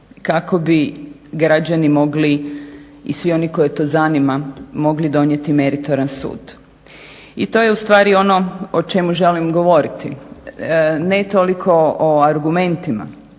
kako bi građani mogli i svi oni koje to zanima mogli donijeti meritoran sud. I to je ustvari ono o čemu želim govoriti. Ne toliko o argumentima